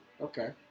Okay